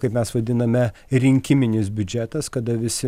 kaip mes vadiname rinkiminis biudžetas kada visi